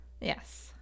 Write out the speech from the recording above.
Yes